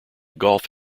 golf